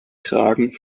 kragen